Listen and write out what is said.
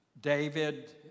David